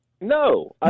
No